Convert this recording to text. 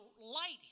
light